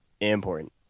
important